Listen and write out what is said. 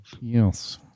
Yes